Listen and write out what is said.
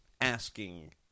asking